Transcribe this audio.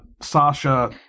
Sasha